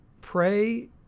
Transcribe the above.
pray